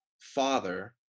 Father